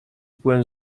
byłem